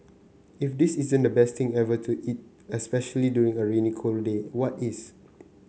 if this isn't the best thing ever to eat especially during a rainy cold day what is